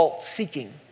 seeking